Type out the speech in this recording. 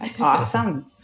awesome